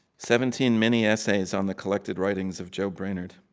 seventeen mini-essays on the collected writings of joe brainard